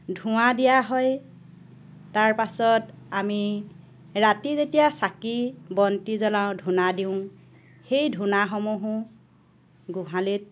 ধোঁৱা দিয়া হয় তাৰ পাছত আমি ৰাতি যেতিয়া চাকি বন্তি জ্বলাওঁ ধূনা দিওঁ সেই ধূনাসমূহো গোহালিত